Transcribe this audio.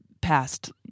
past